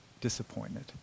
disappointed